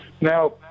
Now